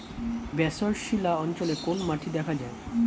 Basalt শিলা অঞ্চলে কোন মাটি দেখা যায়?